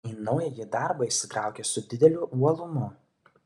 į naująjį darbą įsitraukė su dideliu uolumu